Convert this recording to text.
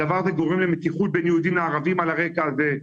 הדבר הזה גורם למתיחות בין יהודים לערבים על הרקע הזה.